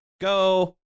go